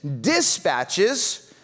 dispatches